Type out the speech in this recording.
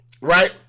right